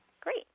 Great